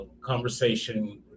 conversation